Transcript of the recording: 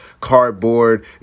cardboard